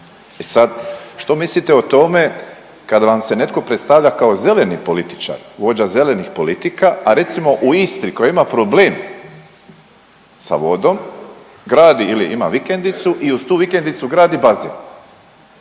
E sad, što mislite o tome kada vam se netko predstavlja kao zeleni političar, vođa zelenih politika, a recimo u Istri koja ima problem sa vodom gradi ili ima vikendicu i uz tu vikendicu gradi bazen?